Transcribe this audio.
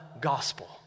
gospel